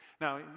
Now